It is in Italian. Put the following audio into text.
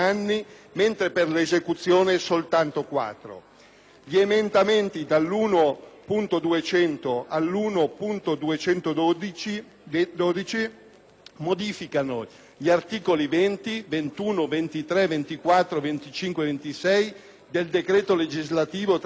Gli emendamenti dall'1.200 all'1.212 modificano gli articoli 20, 21, 23, 24, 25 e 26 del decreto legislativo 3 aprile 2006, n. 152